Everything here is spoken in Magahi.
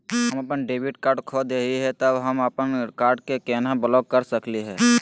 हम अपन डेबिट कार्ड खो दे ही, त हम अप्पन कार्ड के केना ब्लॉक कर सकली हे?